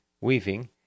weaving